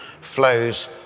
flows